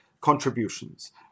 contributions